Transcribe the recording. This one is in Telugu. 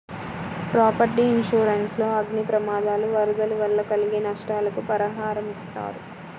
ప్రాపర్టీ ఇన్సూరెన్స్ లో అగ్ని ప్రమాదాలు, వరదలు వల్ల కలిగే నష్టాలకు పరిహారమిస్తారు